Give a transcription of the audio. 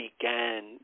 began